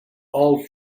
all